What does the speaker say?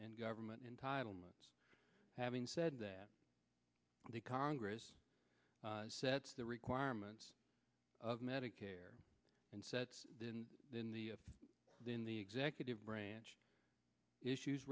and government entitlements having said that the congress sets the requirements of medicare and sets then the then the executive branch issues